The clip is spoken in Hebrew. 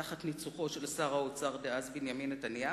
תחת ניצוחו של שר האוצר דאז בנימין נתניהו.